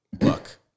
look